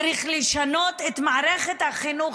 צריך לשנות את מערכת החינוך,